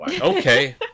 Okay